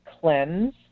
cleanse